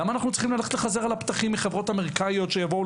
למה אנחנו צריכים ללכת ולחזר על הפתחים מחברות אמריקאיות שיבואו,